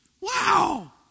Wow